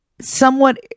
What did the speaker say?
somewhat